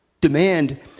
demand